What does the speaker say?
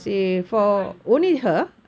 sara ali khan